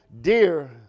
dear